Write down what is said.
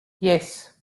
yes